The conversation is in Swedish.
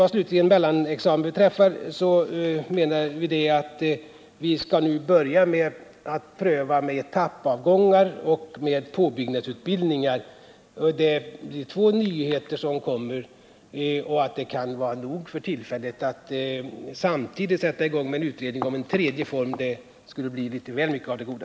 Vad slutligen mellanexamen beträffar vill jag erinra om att vi nu skall börja pröva ett system med etappavgångar och påbyggnadsutbildningar. Vi menar att dessa två nyheter kan vara nog för tillfället. Att samtidigt sätta i gång en utredning om en tredje form skulle bli litet väl mycket av det goda.